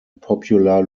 popular